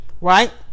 right